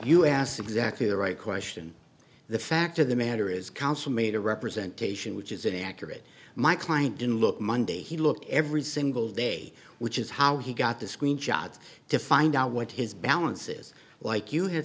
asked exactly the right question the fact of the matter is counsel made a representation which is inaccurate my client didn't look monday he looked every single day which is how he got the screen shots to find out what his balances like you had